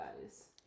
guys